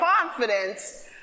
confidence